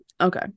Okay